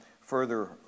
further